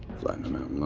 flatten them out